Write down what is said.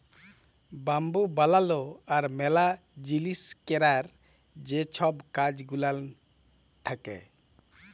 bamboo বালালো আর ম্যালা জিলিস ক্যরার যে ছব কাজ গুলান থ্যাকে